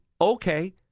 okay